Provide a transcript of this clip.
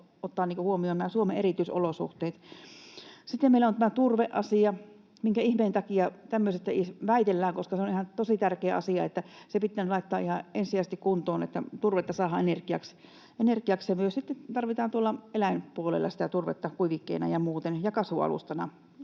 ottaa huomioon nämä Suomen erityisolosuhteet. Sitten meillä on tämä turveasia. Minkä ihmeen takia tämmöisestä edes väitellään? Se on ihan tosi tärkeä asia, niin että se pitää nyt laittaa ihan ensisijaisesti kuntoon, että turvetta saadaan energiaksi, ja turvetta tarvitaan myös eläinpuolella kuivikkeena ja muuten ja kasvualustana.